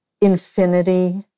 infinity